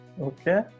Okay